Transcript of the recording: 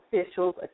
officials